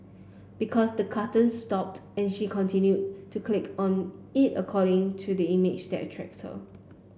because the cartoon stopped and she continue to click on it according to the image that attracts her